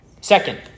Second